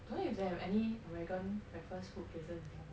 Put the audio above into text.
don't know if they have any american breakfast food places in singapore